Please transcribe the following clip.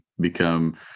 become